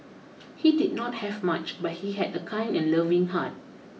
he did not have much but he had a kind and loving heart